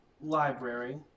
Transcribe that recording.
library